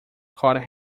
caught